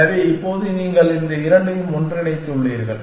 எனவே இப்போது நீங்கள் இந்த இரண்டையும் ஒன்றிணைத்துள்ளீர்கள்